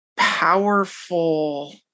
powerful